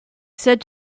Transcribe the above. said